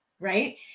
Right